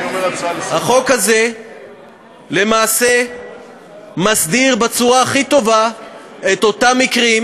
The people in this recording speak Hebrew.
החוק הזה למעשה מסדיר בצורה הכי טובה את אותם מקרים,